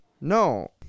No